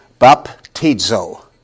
baptizo